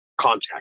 contact